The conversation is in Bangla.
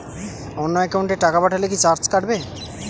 অন্য একাউন্টে টাকা পাঠালে কি চার্জ কাটবে?